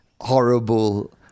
horrible